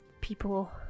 people